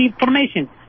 information